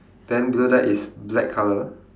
then below that is black colour